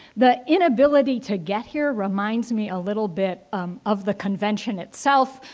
the inability to get here reminds me a little bit of the convention itself.